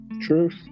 Truth